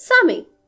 sammy